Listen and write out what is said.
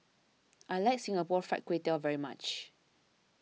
I like Singapore Fried Kway Tiao very much